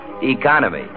economy